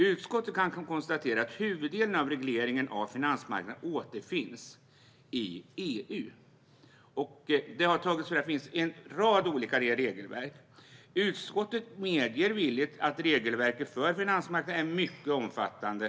Utskottet kan konstatera att huvuddelen av regleringen av finansmarknaden återfinns i en rad olika regelverk i EU. Utskottet medger villigt att regelverket för finansmarknaden är mycket omfattande.